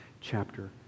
chapter